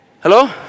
Hello